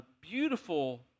beautiful